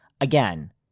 Again